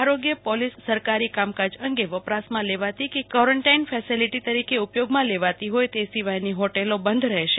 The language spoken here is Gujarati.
આરોગ્ય પોલીસ સરકારી કામકાજ અંગે વપરાશમાં લેવાતી હોય કે કોરેન્ટાઈન ફેસેલિટી તરીકે ઉપયોગમાં લેવાતી હોય તે સિવાયની હોટેલો બંધ રહેશે